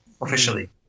officially